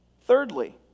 Thirdly